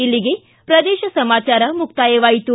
ಇಲ್ಲಿಗೆ ಪ್ರದೇಶ ಸಮಾಚಾರ ಮುಕ್ತಾಯವಾಯಿತು